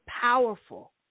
powerful